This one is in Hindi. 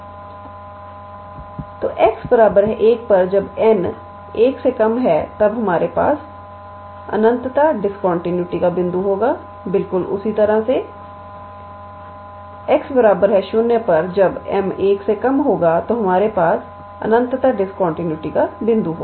तोx 1 पर जब n 1 है तब हमारे पास अनंत डिस्कंटीन्यूटी का बिंदु होगा बिल्कुल उसी तरह से x 0 पर जब m 1 होगा तो हमारे पास अनंत डिस्कंटीन्यूटी का बिंदु होगा